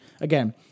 again